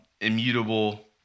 immutable